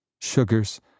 Sugars